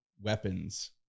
weapons